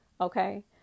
Okay